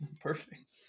Perfect